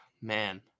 man